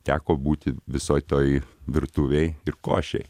teko būti visoj toj virtuvėj ir košėj